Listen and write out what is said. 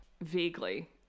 vaguely